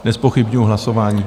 Nezpochybňuji hlasování.